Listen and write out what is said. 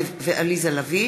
אילן גילאון, איציק שמולי,